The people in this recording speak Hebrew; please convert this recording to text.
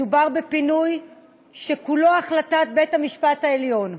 מדובר בפינוי שכולו החלטת בית-המשפט העליון.